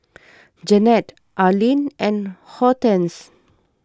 Jennette Arlyn and Hortense